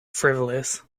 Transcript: frivolous